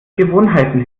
gewohnheiten